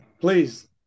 please